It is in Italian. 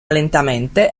lentamente